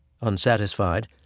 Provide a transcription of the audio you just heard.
Unsatisfied